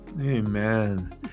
amen